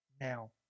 now